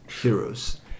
heroes